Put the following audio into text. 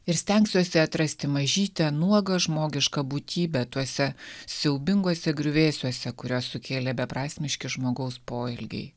ir stengsiuosi atrasti mažytę nuogą žmogišką būtybę tuose siaubinguose griuvėsiuose kuriuos sukėlė beprasmiški žmogaus poelgiai